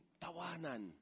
tawanan